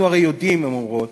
אנחנו הרי יודעים, הן אומרות,